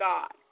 God